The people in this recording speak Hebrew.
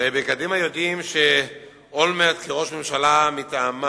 הרי בקדימה יודעים שאולמרט כראש ממשלה מטעמם